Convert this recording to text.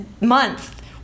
month